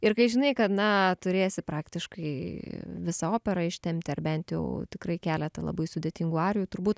ir kai žinai kad na turėsi praktiškai visą operą ištempti ar bent jau tikrai keletą labai sudėtingų arijų turbūt